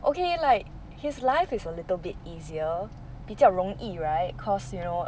okay like his life is a little bit easier 比较容易 right cause you know